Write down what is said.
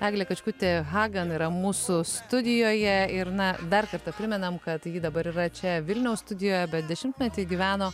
eglė kačkutė hagan yra mūsų studijoje ir na dar kartą primenam kad ji dabar yra čia vilniaus studijoje bent dešimtmetį gyveno